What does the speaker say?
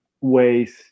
ways